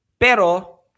Pero